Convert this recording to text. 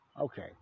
Okay